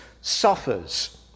suffers